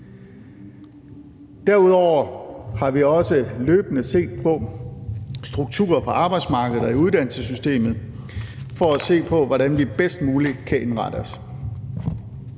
Derudover har vi også løbende set på strukturer på arbejdsmarkedet og i uddannelsessystemet for at se på, hvordan vi bedst muligt kan indrette os.